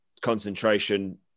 concentration